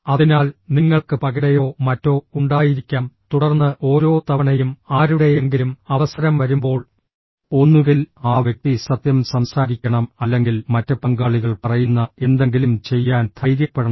അതിനാൽ നിങ്ങൾക്ക് പകിടയോ മറ്റോ ഉണ്ടായിരിക്കാം തുടർന്ന് ഓരോ തവണയും ആരുടെയെങ്കിലും അവസരം വരുമ്പോൾ ഒന്നുകിൽ ആ വ്യക്തി സത്യം സംസാരിക്കണം അല്ലെങ്കിൽ മറ്റ് പങ്കാളികൾ പറയുന്ന എന്തെങ്കിലും ചെയ്യാൻ ധൈര്യപ്പെടണം